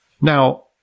Now